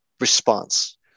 response